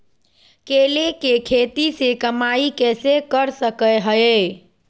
केले के खेती से कमाई कैसे कर सकय हयय?